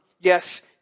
Yes